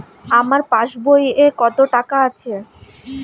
আমার পাস বইয়ে কত টাকা আছে?